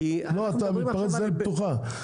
אתה מתפרץ לדלת פתוחה.